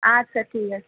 আচ্ছা ঠিক আছে